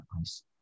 ice